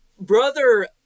brother